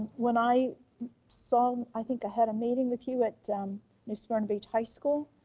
when i so i think i had a meeting with you at new smyrna beach high school,